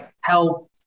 help